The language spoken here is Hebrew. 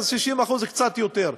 60% זה קצת יותר,